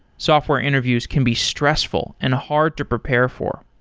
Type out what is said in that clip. software interviews can be stressful and hard to prepare for.